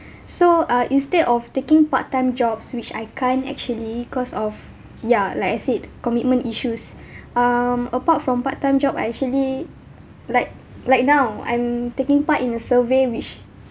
so uh instead of taking part time jobs which I can't actually cause of ya like I said commitment issues um apart from part time job I actually like like now I'm taking part in a survey which